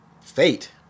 Fate